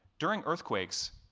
during earthquakes,